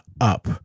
up